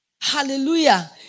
Hallelujah